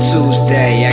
Tuesday